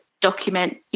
document